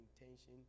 intention